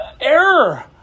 error